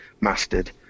mastered